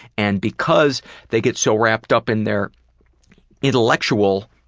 and because they get so wrapped up in their intellectual,